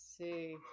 see